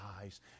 eyes